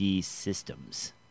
systems